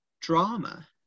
drama